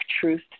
truth